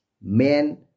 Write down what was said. Men